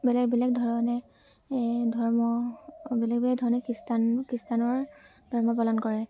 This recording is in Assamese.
বেলেগ বেলেগ ধৰণে ধৰ্ম বেলেগ বেলেগ ধৰণে খ্ৰীষ্টান খ্ৰীষ্টানৰ ধৰ্ম পালন কৰে